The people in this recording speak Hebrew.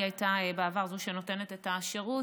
היא הייתה בעבר זו שנותנת את השירות.